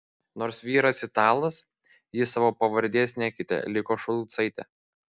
nors vyras italas ji savo pavardės nekeitė liko šulcaitė